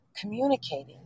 communicating